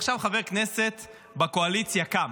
עכשיו חבר הכנסת בקואליציה קם,